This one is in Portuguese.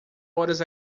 horas